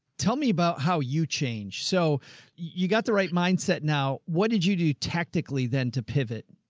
tell me about how you changed. so you got the right mindset now. what did you do tactically then to pivot?